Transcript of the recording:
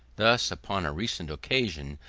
thus, upon a recent occasion,